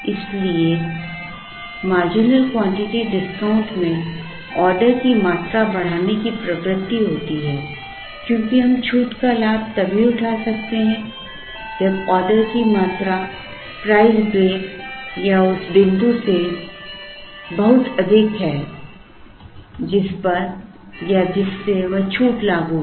इसलिए marginal quantity discount में order की मात्रा बढ़ाने की प्रवृत्ति होती है क्योंकि हम छूट का लाभ तभी उठा सकते हैं जब ऑर्डर की मात्रा प्राइस ब्रेक या उस बिंदु से बहुत अधिक है जिस पर या जिससे वह छूट लागू है